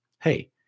Hey